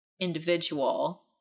individual